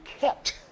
kept